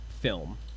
film